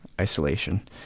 isolation